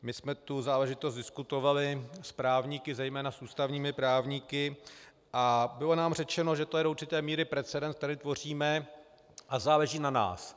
My jsme tu záležitost diskutovali s právníky, zejména s ústavními právníky, a bylo nám řečeno, že to je do určité míry precedens, který tvoříme, a záleží na nás.